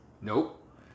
nope